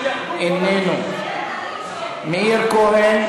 איננו; מאיר כהן,